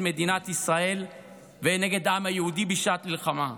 מדינת ישראל ונגד העם היהודי בשעת מלחמה.